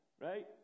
right